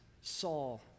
Saul